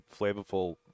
flavorful